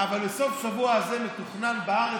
אבל בסוף השבוע הזה מתוכננות בארץ